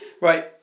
Right